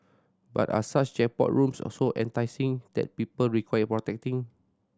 but are such jackpot rooms also enticing that people require protecting